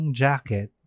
jacket